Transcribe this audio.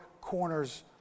corners